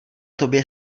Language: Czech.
tobě